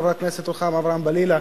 חברת הכנסת רוחמה אברהם-בלילא,